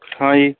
ਹਾਂਜੀ